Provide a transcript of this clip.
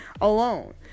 alone